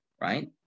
right